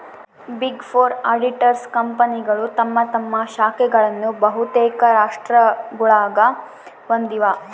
big four auditors ಕಂಪನಿಗಳು ತಮ್ಮ ತಮ್ಮ ಶಾಖೆಗಳನ್ನು ಬಹುತೇಕ ರಾಷ್ಟ್ರಗುಳಾಗ ಹೊಂದಿವ